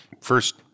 first